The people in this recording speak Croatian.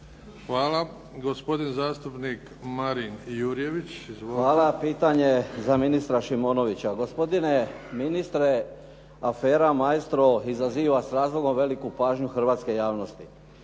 Izvolite. **Jurjević, Marin (SDP)** Hvala. Pitanje je za ministra Šimonovića. Gospodine ministre, afera Maestro izaziva s razlogom veliku pažnju hrvatske javnosti,